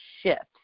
shifts